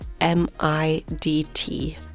M-I-D-T